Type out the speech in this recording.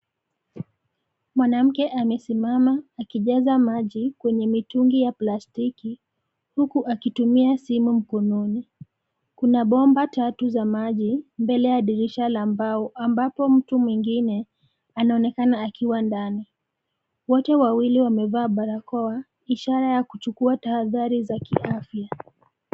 Mwanamke amesimama akijaza maji kwenye mitungi ya plastiki huku akitumia simu mkononi. Kuna bomba tatu za maji mbele ya dirisha la mbao ambapo mtu mwengine anaonekana akiwa ndani. Wote wawili wamevaa barakoa, ishara ya kuchukua tahadhari za kiafya.